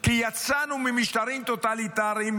כי יצאנו ממשטרים טוטליטריים,